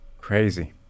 Crazy